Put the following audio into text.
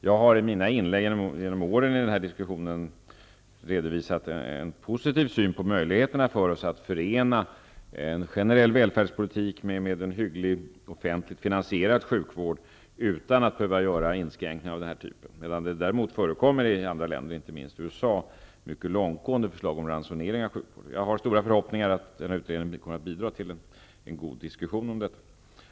Jag har i mina inlägg genom åren i denna diskussion redovisat en positiv syn på möjligheterna att förena en generell välfärdspolitik med en hygglig offentligt finansierad sjukvård utan att behöva göra inskränkningar av denna typ. Däremot förekommer i andra länder, inte minst i USA, mycket långtgående förslag om ransoneringar av sjukvården. Jag har stora förhoppningar att denna utredning kommer att bidra till en god diskussion om detta.